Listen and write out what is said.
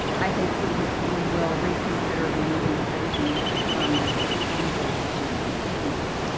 i hope you you will reconsider removing citizens comments from the board's agenda. thank you.